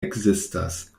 ekzistas